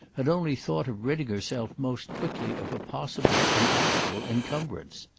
had only thought of ridding herself most quickly of a possible, an actual encumbrance.